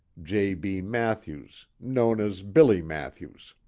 j. b. mathews, known as billy mathews.